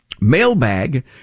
mailbag